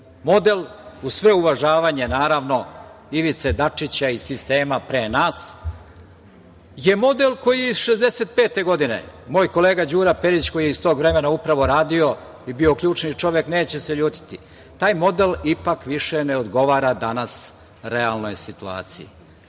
Model, uz sve uvažavanje naravno Ivice Dačića i sistema pre nas, je model koji je iz 1965. godine. Moj kolega Đura Perić, koji je iz tog vremena upravo radio i bio ključni čovek, neće se ljutiti. Taj model ipak više ne odgovara danas realnoj situaciji. Hoćemo